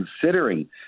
considering